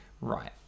right